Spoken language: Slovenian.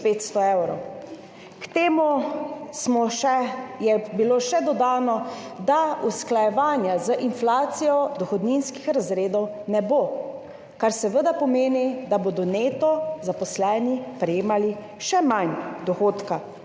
K temu je bilo še dodano, da usklajevanja z inflacijo dohodninskih razredov ne bo, kar seveda pomeni, da bodo zaposleni prejemali še manj neto dohodka.